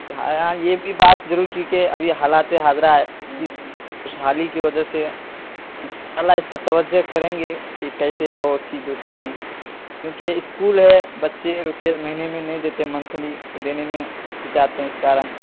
ہاں ہاں یہ بھی بات ضرور کی کہ ابھی حالات حاضرہ خوشحالی کی وجہ سے ان شاء اللہ اس پر توجہ کریں گے کہ کیسے ہو اس کی درستگی کیونکہ اسکول ہے بچے روپئے مہینے میں نہیں دیتے منتھلی دینے میں ہچکچاتے ہیں اس کارن